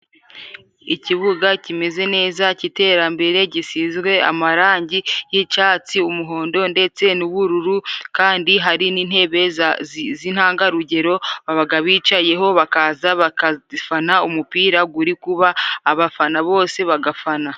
Ikibuga kimeze neza cy'iterambere gisizwe amarangi y'icatsi, umuhondo ndetse n'ubururu kandi hari n'intebe z'intangarugero babaga bicayeho bakazafana umupira guri kuba abafana bose bagafana.